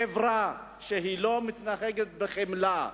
חברה שלא מתנהגת בחמלה,